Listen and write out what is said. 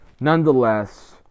Nonetheless